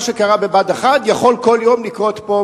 מה שקרה בבה"ד 1 יכול כל יום לקרות פה.